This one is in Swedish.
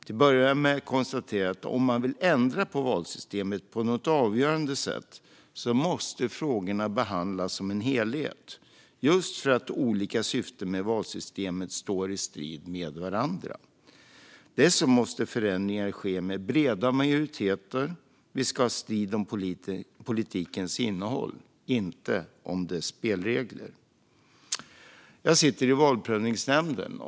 Låt mig till att börja med konstatera att om man vill ändra på valsystemet på något avgörande sätt måste frågorna behandlas som en helhet just för att olika syften med valsystemet står i strid med varandra. Dessutom måste förändringar ske med breda majoriteter. Vi ska ha strid om politikens innehåll - inte om dess spelregler. Jag sitter i Valprövningsnämnden.